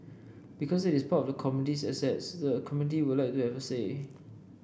because it is part of the community's assets the community would like to have a say